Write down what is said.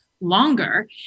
longer